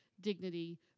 dignity